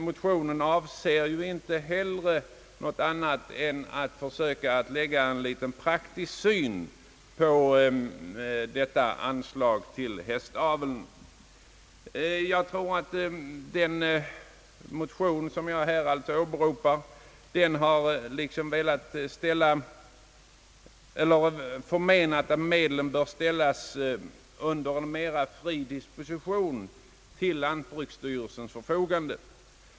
Motionen avser inte heller annat än att försöka anlägga en praktisk syn på frågan om anslaget till hästaveln. Den motion som jag åberopar har förmenat att medlen bör ställas till lantbruksstyrelsens förfogande med en friare dispositionsrätt.